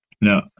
No